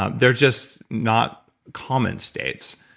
um they're just not common states.